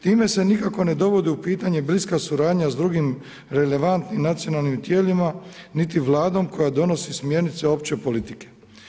Time se nikako ne dovodi u pitanje bliska suradnja s drugim relevantnim nacionalnim tijelima, niti vladom, koja donosi smjernice opće politike.